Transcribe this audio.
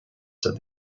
said